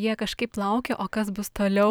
ir jie kažkaip laukia o kas bus toliau